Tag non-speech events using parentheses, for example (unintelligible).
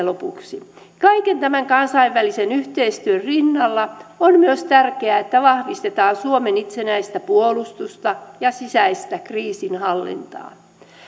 (unintelligible) lopuksi kaiken tämän kansainvälisen yhteistyön rinnalla on myös tärkeää että vahvistetaan suomen itsenäistä puolustusta ja sisäistä kriisinhallintaa